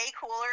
cooler